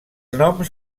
noms